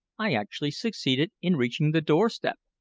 i actually succeeded in reaching the doorstep,